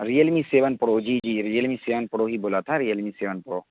real می seven Pro جی جی Realme seven Pro ہی بولا تھا ریئل می سیون پرو